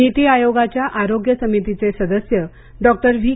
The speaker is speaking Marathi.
नीती आयोगाच्या आरोग्य समितीचे सदस्य डॉक्टर व्ही